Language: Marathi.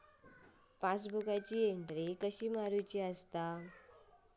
पासबुकाची एन्ट्री कशी मारुची हा?